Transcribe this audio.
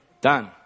Done